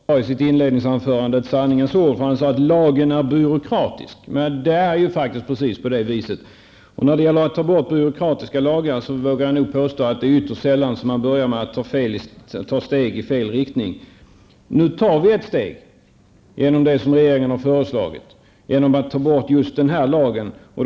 Fru talman! Bert Karlsson sade i sitt inledningsanförande ett sanningens ord. Han sade att lagen är byråkratisk. Det är precis så. När det gäller att upphäva byråkratiska lagar vågar jag påstå att det är ytterst sällan man börjar med att ta steg i fel riktning. Nu tas ett steg med hjälp av det som regeringen har föreslagit, dvs. genom att upphäva denna lag.